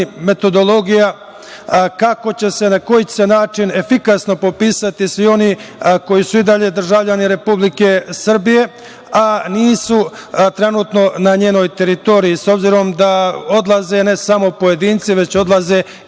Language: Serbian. metodologija kako će se i na koji način efikasno popisati svi oni koji su i dalje državljani Republike Srbije, a nisu trenutno na njenoj teritoriji, obzirom da odlaze ne samo pojedinci, već odlaze